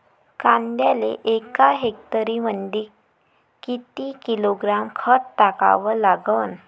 कांद्याले एका हेक्टरमंदी किती किलोग्रॅम खत टाकावं लागन?